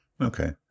okay